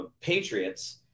Patriots